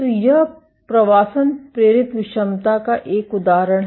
तो यह प्रवासन प्रेरित विषमता का एक उदाहरण है